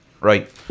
Right